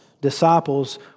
disciples